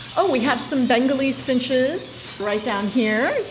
and we have some bengalese finches right down here,